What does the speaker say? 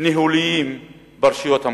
ניהוליים ברשויות המקומיות".